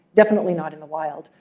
definitely not in the wild.